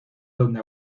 donde